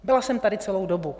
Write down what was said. Byla jsem tady celou dobu.